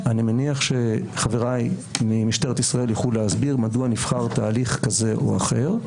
מניח שחבריי ממשטרת ישראל יוכלו להסביר מדוע נבחר תהליך כזה או אחר,